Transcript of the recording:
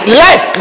less